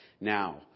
Now